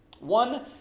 One